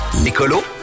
Nicolo